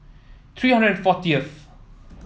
three hundred and fortieth